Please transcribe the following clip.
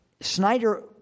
Snyder